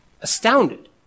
astounded